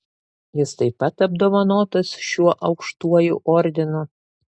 jis taip pat apdovanotas šiuo aukštuoju ordinu